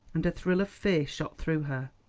and a thrill of fear shot through her.